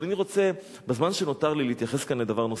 אני רוצה בזמן שנותר לי להתייחס כאן לדבר נוסף.